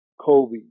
Kobe